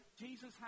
Jesus